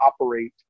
operate